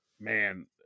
Man